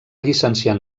llicenciar